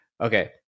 Okay